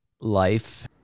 life